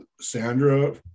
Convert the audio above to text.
sandra